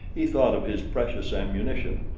he thought of his precious ammunition.